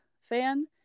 fan